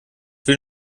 will